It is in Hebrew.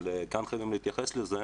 אבל כאן חייבים להתייחס לזה